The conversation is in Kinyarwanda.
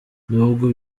nubwo